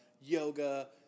yoga